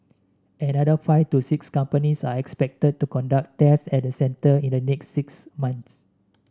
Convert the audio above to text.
another five to six companies are expected to conduct tests at the centre in the next six months